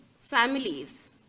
families